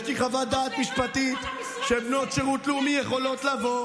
יש לי חוות דעת משפטית שבנות שירות לאומי יכולות לבוא,